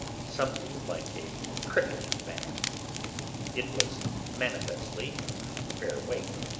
something like a cricketing bag it was manifestly of fair weight.